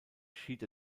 schied